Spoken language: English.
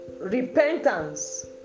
Repentance